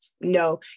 no